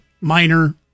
minor